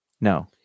No